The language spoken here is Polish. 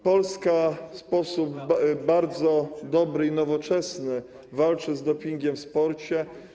Polska w sposób bardzo dobry i nowoczesny walczy z dopingiem w sporcie,